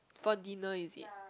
for dinner is it